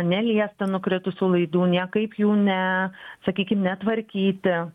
neliesti nukritusių laidų niekaip jų ne sakykim netvarkyti